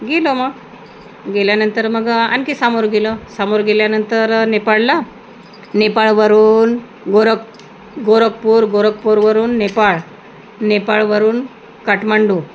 गेलो मग गेल्यानंतर मग आणखी समोर गेलो समोर गेल्यानंतर नेपाळला नेपाळवरून गोरख गोरखपूर गोरखपूरवरून नेपाळ नेपाळवरून काठमांडू